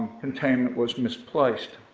containment was misplaced.